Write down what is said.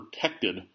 protected